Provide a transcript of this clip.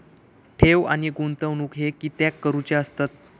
ठेव आणि गुंतवणूक हे कित्याक करुचे असतत?